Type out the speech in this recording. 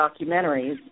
documentaries